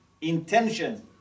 intention